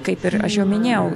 kaip ir aš jau minėjau